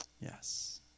Yes